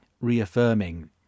reaffirming